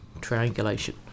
triangulation